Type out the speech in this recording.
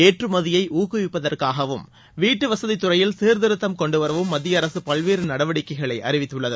ஏற்றுமதியை ஊக்குவிப்பதற்காகவும் வீட்டு வசதி துறையில் சீர்திருத்தம் கொண்டு வரவும் மத்திய அரசு பல்வேறு நடவடிக்கைகளை அறிவித்துள்ளது